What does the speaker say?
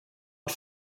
art